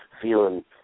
feeling